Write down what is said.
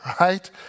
Right